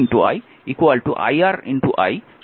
এটি 210 নম্বর সমীকরণ